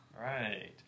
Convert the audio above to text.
Right